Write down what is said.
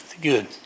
good